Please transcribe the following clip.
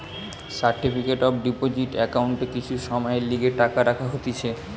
certificate of deposit একাউন্টে কিছু সময়ের লিগে টাকা রাখা হতিছে